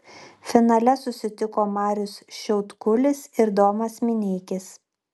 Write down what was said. finale susitiko marius šiaudkulis ir domas mineikis